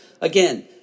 again